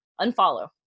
unfollow